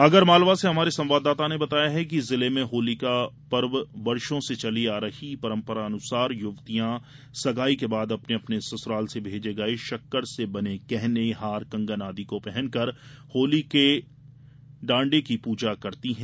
आगरमालवा से हमारे संवाददाता ने बताया है कि जिले में होली पर वर्षो से चली आ रही परम्परानुसार युवतियां सगाई के बाद अपने अपने ससुराल से भेजे गये शक्कर से बने गहनें हार कंगन आदि को पहनकर होली को ड़ांडे की पूजा करती हैं